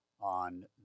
on